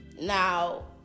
now